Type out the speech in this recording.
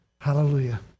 Hallelujah